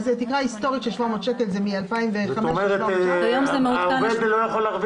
אתם עובדים על זה כל כך הרבה זמן ואתם באים כאילו אנחנו לא מבינים